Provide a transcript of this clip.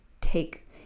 take